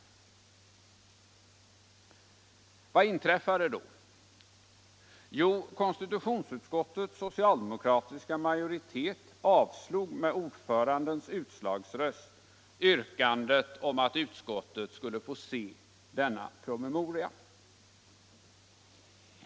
Vad inträffade då? Jo, konstitutionsutskottets socialdemokratiska majoritet avslog med ordförandens utslagsröst yrkandet om att utskottet skulle få se denna handling.